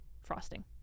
frosting